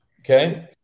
Okay